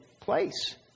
place